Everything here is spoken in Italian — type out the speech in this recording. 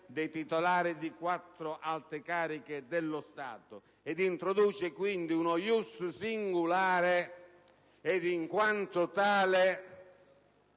dei titolari di quattro alte cariche dello Stato ed introduce quindi uno *ius singulare*, ed in quanto tale,